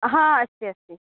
हा अस्ति अस्ति